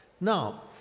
Now